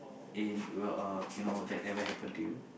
in uh uh you know that ever happened to you